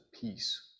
peace